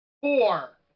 Four